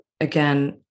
again